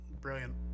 brilliant